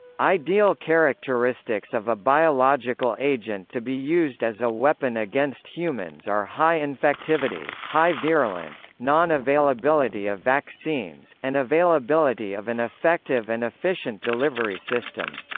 ideal characteristics of a biological agent to be used as a weapon against humans are high infectivity, high virulence, non-availability of vaccines, and availability of an effective and efficient delivery system.